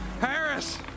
Harris